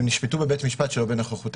והם נשפטו בבית משפט שלא בנוכחותם.